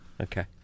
Okay